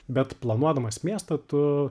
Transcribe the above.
bet planuodamas miestą tu